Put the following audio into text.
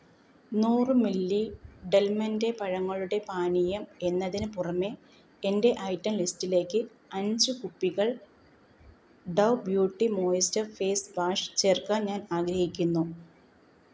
നൂറ് milli Del Monte പഴങ്ങളുടെ പാനീയം എന്നതിന് പുറമെ എന്റെ ഐറ്റം ലിസ്റ്റിലേക്ക് അഞ്ച് കുപ്പികൾ ഡവ് ബ്യൂട്ടി മോയ്സ്ചർ ഫേസ്വാഷ് ചേർക്കാൻ ഞാൻ ആഗ്രഹിക്കുന്നു